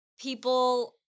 people